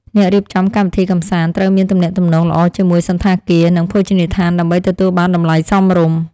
អ្នករៀបចំកម្មវិធីកម្សាន្តត្រូវមានទំនាក់ទំនងល្អជាមួយសណ្ឋាគារ និងភោជនីយដ្ឋានដើម្បីទទួលបានតម្លៃសមរម្យ។